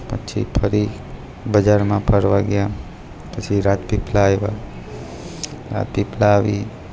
પછી ફરી બજારમાં ફરવા ગયા પછી રાજપીપળા આવ્યા રાજપીપળા આવી